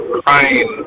crying